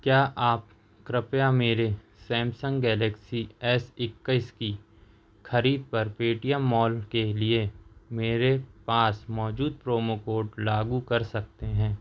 क्या आप कृपया मेरे सैमसंग गैलेक्सी एस इक्कीस की ख़रीद पर पेटीएम मॉल के लिए मेरे पास मौजूद प्रोमो कोड लागू कर सकते हैं